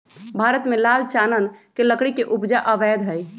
भारत में लाल चानन के लकड़ी के उपजा अवैध हइ